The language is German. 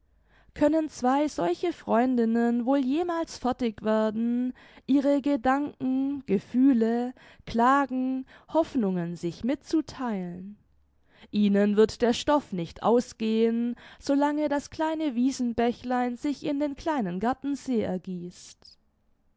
können zwei solche freundinnen wohl jemals fertig werden ihre gedanken gefühle klagen hoffnungen sich mitzutheilen ihnen wird der stoff nicht ausgehen so lange das kleine wiesenbächlein sich in den kleinen gartensee ergießt